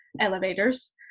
elevators